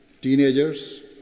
teenagers